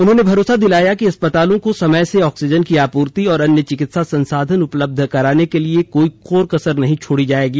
उन्होंने भरोसा दिलाया कि अस्पतालों को समय से ऑक्सीजन की आपूर्ति और अन्य चिकित्सा संसाधन उपलब्ध कराने के लिए कोई कोर कसर नहीं छोड़ी जाएगी